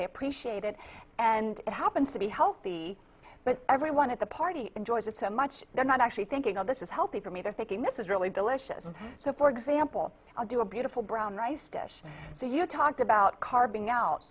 they appreciate it and it happens to be healthy but everyone at the party enjoys it so much they're not actually thinking oh this is healthy for me they're thinking this is really delicious so for example i'll do a beautiful brown rice dish so you talked about carving out